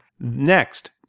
Next